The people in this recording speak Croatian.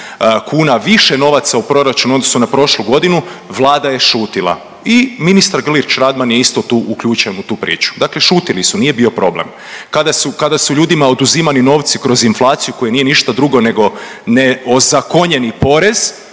kuna više novaca u proračunu u odnosu na prošlu godinu Vlada je šutila. I ministar Grlić-Radman je isto tu uključen u tu priču. Dakle, šutili su, nije bio problem. Kada su ljudima oduzimani novce kroz inflaciju koja nije ništa drugo nego neozakonjeni porez,